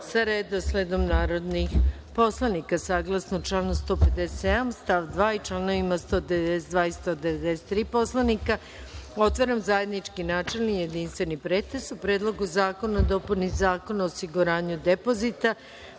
sa redosledom narodnih poslanika. Saglasno članu 157. stav 2. i članovima 192. i 193. Poslovnika, otvaram zajednički načelni i jedinstveni pretres o: Predlogu zakona o dopuni Zakona o osiguranju depozitu,